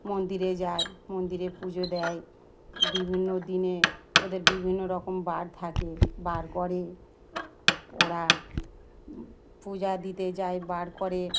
মন্দিরে যায় মন্দিরে পুজো দেয় বিভিন্ন দিনে ওদের বিভিন্ন রকম বার থাকে বার করে ওরা পূজা দিতে যায় বার করে